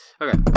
Okay